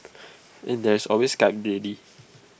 and there is always Skype daily